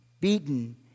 ...beaten